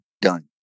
Done